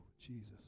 Jesus